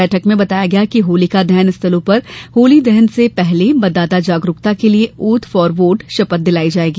बैठक में बताया गया कि होलिका दहन स्थलो पर होली दहन से पूर्व मतदाता जागरूकता के लिए ओथ फार वोट शपथ दिलाई जायेगी